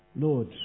Lord